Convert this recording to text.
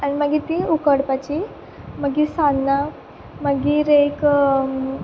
आनी मागीर ती उकडपाची मागीर सान्नां मागीर एक